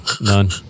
none